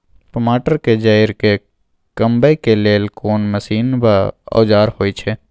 टमाटर के जईर के कमबै के लेल कोन मसीन व औजार होय छै?